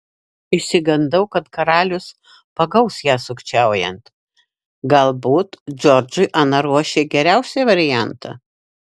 išsigandau kad karalius pagaus ją sukčiaujant galbūt džordžui ana ruošė geriausią variantą